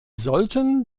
sollten